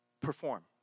perform